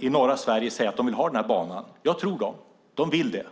i norra Sverige som säger att de vill ha den här banan. Jag tror dem. De vill det.